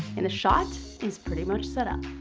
and the shots is pretty much set up.